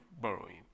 borrowing